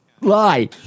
lie